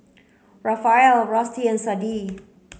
Rafael Rusty and Sadie